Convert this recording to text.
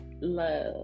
love